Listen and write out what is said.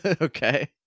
Okay